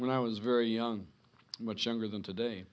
when i was very young much younger than today